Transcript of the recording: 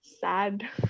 sad